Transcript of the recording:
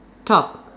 top